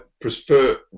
prefer